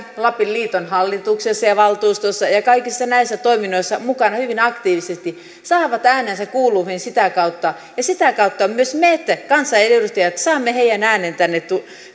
lapin liiton hallituksessa ja valtuustossa ja kaikissa näissä toiminnoissa hyvin aktiivisesti saavat äänensä kuuluviin sitä kautta sitä kautta myös me kansanedustajat saamme heidän äänensä